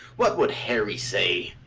what would harry say!